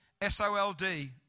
S-O-L-D